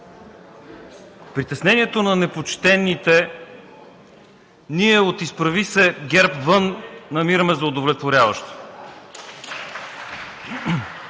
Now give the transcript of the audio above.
Притеснението на непочтените ние от „Изправи се! ГЕРБ вън!“ намираме за удовлетворяващо.